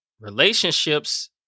Relationships